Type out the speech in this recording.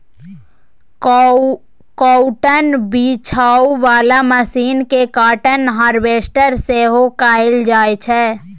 cotton बीछय बला machine केँ काँटन हार्वेस्टर सेहो कहल जाइ छै